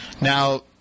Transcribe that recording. Now